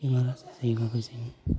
बेमार आजार जायोबाबो जों